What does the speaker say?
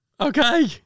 Okay